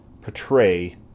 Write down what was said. portray